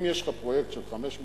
אם יש לך פרויקט של 500 יחידות,